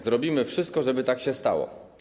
Zrobimy wszystko, żeby tak się stało.